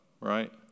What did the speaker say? right